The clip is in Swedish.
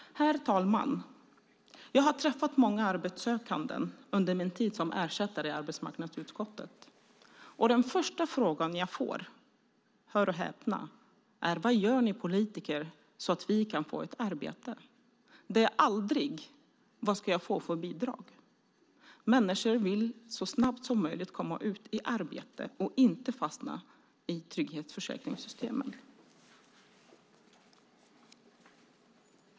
Herr talman! Jag har träffat många arbetslösa under min tid som ersättare i arbetsmarknadsutskottet. Den första frågan jag får, hör och häpna, är: Vad gör ni politiker så att vi kan få att arbete? Det är aldrig: Vad kan jag få för bidrag? Människor vill så snabbt som möjligt komma ut i arbete och inte fastna i trygghetsförsäkringssystemen.